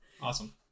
Awesome